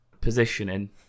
positioning